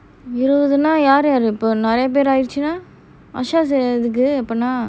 இருவதுன யாரு யாரு இப்போ நிறைய பேரு ஆயிடுச்சுன:iruvathuna yaaru yaaru ippo neraiya paeru aayiduchuna ashash எதுக்கு அப்போன:ethukku appona